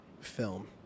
film